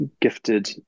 gifted